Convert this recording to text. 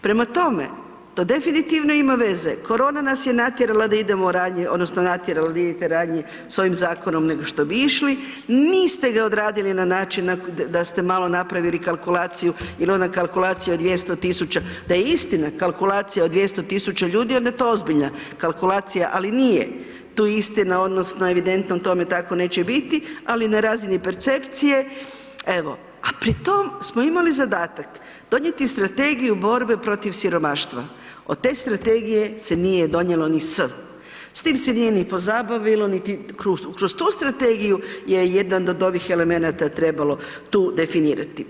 Prema tome, to definitivno ima veze, korona nas je natjerala da idemo ranije, odnosno natjerala da idete na ranije s ovim zakonom nego što bi išli, niste ga odradili na način da ste malo napravili malo kalkulaciju jer ona kalkulacija od 200 000, da je istina kalkulacija od 200 000 ljudi, onda je to ozbiljna kalkulacija ali nije tu istina odnosno evidentno u tome tako neće biti ali na razini percepcije, evo, a pritom smo imali zadatak donijeti Strategiju borbe protiv siromaštva, od strategije se nije donijelo ni „s.“ S tim se nije ni pozabavilo, kroz tu strategiju je jedan od ovih elemenata trebalo tu definirati.